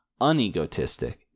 unegotistic